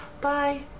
Bye